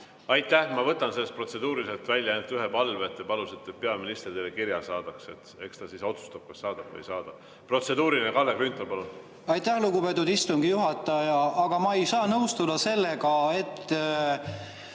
Aitäh! Ma võtan sellest protseduurilisest välja ainult ühe palve: te palusite, et peaminister teile kirja saadaks. Eks ta siis ise otsustab, kas saadab või ei saada. Protseduuriline, Kalle Grünthal, palun! Aitäh, lugupeetud istungi juhataja! Ma ei saa nõustuda sellega, et